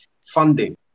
funding